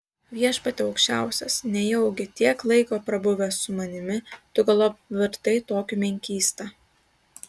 viešpatie aukščiausias nejaugi tiek laiko prabuvęs su manimi tu galop virtai tokiu menkysta